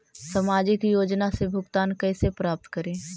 सामाजिक योजना से भुगतान कैसे प्राप्त करी?